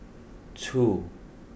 two